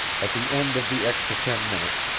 at the end of the extra ten minutes,